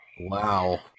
Wow